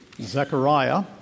Zechariah